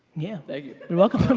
yeah. thank you. you're welcome.